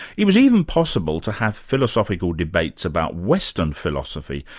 it was even possible to have philosophical debates about western philosophy,